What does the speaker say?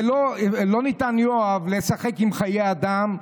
יואב, לא ניתן לשחק עם חיי אדם.